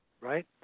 right